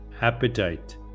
appetite